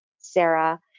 Sarah